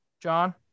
John